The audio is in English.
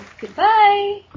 Goodbye